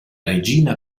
regina